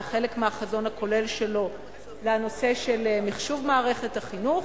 זה חלק מהחזון הכולל שלו בנושא של מחשוב מערכת החינוך,